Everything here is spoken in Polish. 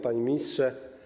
Panie Ministrze!